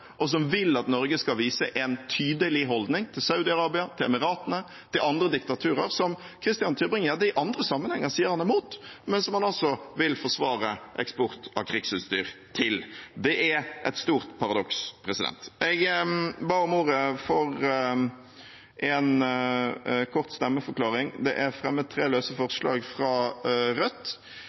og som vil at Norge skal vise en tydelig holdning til Saudi-Arabia, til Emiratene, til andre diktaturer som Christian Tybring-Gjedde i andre sammenhenger sier han er mot, men som han altså vil forsvare eksport av krigsutstyr til. Det er et stort paradoks. Jeg ba om ordet for en kort stemmeforklaring. Det er fremmet tre løse forslag fra Rødt.